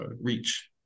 reach